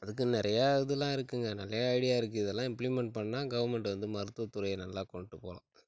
அதுக்கு நிறையா இதலாம் இருக்குதுங்க நிறையா ஐடியா இருக்குது இதல்லாம் இம்ப்ளிமெண்ட் பண்ணால் கவர்மெண்ட் வந்து மருத்துவ துறையை நல்லா கொண்டுட்டு போகலாம்